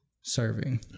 serving